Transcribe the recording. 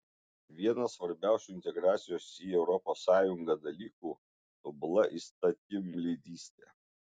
vienas svarbiausių integracijos į europos sąjungą dalykų tobula įstatymleidystė